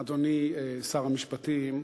אדוני שר המשפטים,